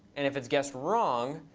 and if it's guessed wrong,